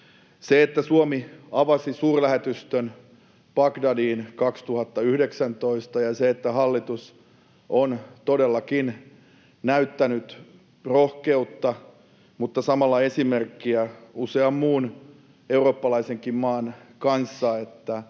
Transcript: Suomi avasi suurlähetystön Bagdadiin 2019, ja hallitus on todellakin näyttänyt rohkeutta ja samalla esimerkkiä usean muun eurooppalaisenkin maan kanssa, että